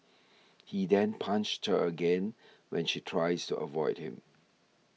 he then punched her again when she tries to avoid him